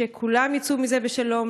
שכולם יצאו מזה בשלום,